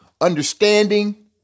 understanding